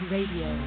Radio